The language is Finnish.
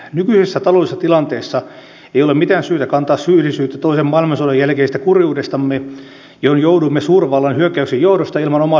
nykyisessä taloudellisessa tilanteessa ei ole mitään syytä kantaa syyllisyyttä toisen maailmansodan jälkeisestä kurjuudestamme johon jouduimme suurvallan hyökkäyksen johdosta ilman omaa syytämme